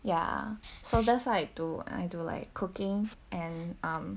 ya so there's why I do I do like cooking and um